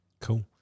Cool